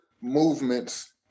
movements